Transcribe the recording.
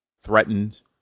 threatened